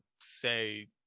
say